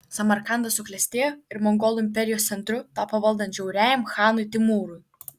samarkandas suklestėjo ir mongolų imperijos centru tapo valdant žiauriajam chanui timūrui